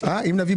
התקבלה